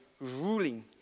ruling